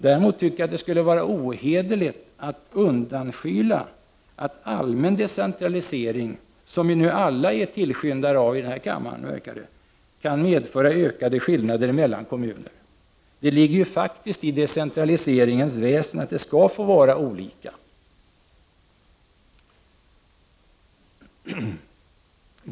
Däremot tycker jag att det skulle vara ohederligt att undanskyla att allmän decentralisering, som vi nu alla här i kammaren verkar vara tillskyndare av, kan medföra ökade skillnader mellan kommuner. Det ligger faktiskt i decentraliseringens väsen att det skall få vara olika.